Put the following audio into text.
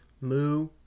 Moo